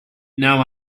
now